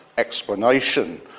Explanation